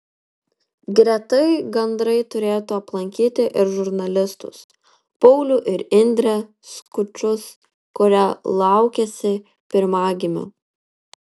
gretai gandrai turėtų aplankyti ir žurnalistus paulių ir indrę skučus kurie laukiasi pirmagimio